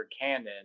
canon